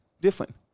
different